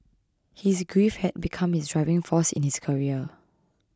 his grief had become his driving force in his career